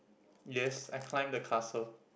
yes I climb the castle